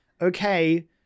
okay